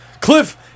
Cliff